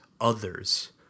others